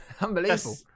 Unbelievable